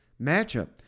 matchup